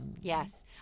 Yes